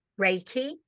reiki